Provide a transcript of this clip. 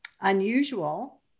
unusual